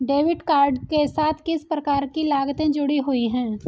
Debit card के साथ किस प्रकार की लागतें जुड़ी हुई हैं?